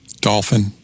Dolphin